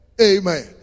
Amen